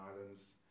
Islands